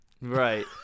right